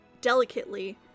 delicately